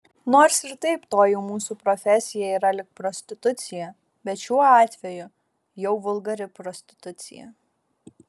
nors ir taip toji mūsų profesija yra lyg prostitucija bet šiuo atveju jau vulgari prostitucija